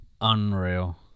unreal